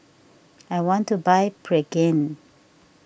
I want to buy Pregain